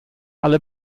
alle